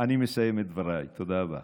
אני מסיים את דבריי, תודה רבה.